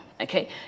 okay